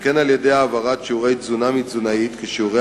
וכן על-ידי העברת שיעורי תזונה מתזונאית כשיעורי